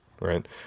right